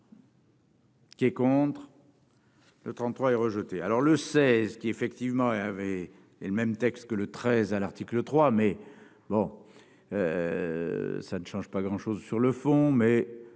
Qui est contre. Le 33 est rejeté, alors le 16 qui effectivement et avait elle-même texte que le 13 à l'article 3 mais bon ça ne change pas grand chose sur le fond, mais